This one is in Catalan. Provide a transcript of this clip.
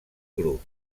grup